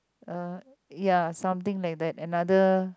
ah ya something like that another